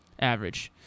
Average